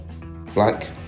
black